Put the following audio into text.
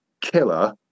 killer